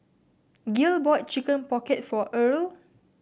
Gil bought Chicken Pocket for Erle